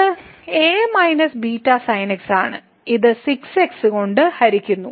ഇത് a β sin x ആണ് ഇത് 6 x കൊണ്ട് ഹരിക്കുന്നു